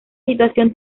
situación